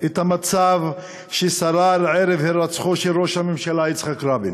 המצב ששרר ערב הירצחו של ראש הממשלה יצחק רבין.